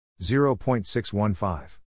0.615